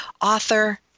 author